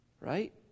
right